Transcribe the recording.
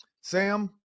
Sam